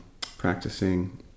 practicing